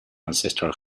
ancestral